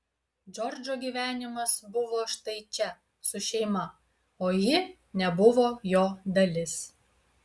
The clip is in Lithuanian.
džordžo gyvenimas buvo štai čia su šeima o ji nebuvo jo dalis